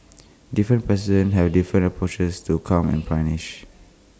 different presidents have different approaches to crime and punish